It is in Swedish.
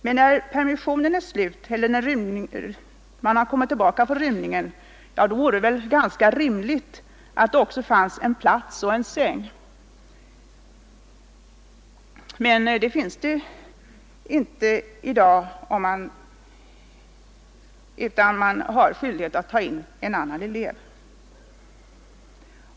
Men när permissionen är slut eller när eleven kommit tillbaka från rymningen vore det väl ganska rimligt att det fanns en plats och en säng. Det finns det emellertid inte i dag, utan man har skyldighet att ta in en annan elev.